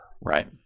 right